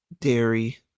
dairy